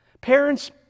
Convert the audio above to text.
Parents